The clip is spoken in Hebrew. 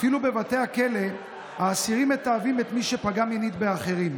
אפילו בבתי הכלא האסירים מתעבים את מי שפגע מינית באחרים.